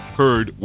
heard